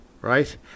right